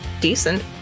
decent